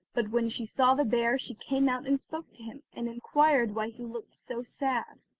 but when she saw the bear, she came out and spoke to him, and inquired why he looked so sad.